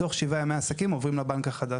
תוך שבעה ימי עסקים עוברים לבנק החדש.